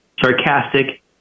sarcastic